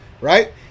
right